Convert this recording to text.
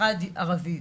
אחד ערבי.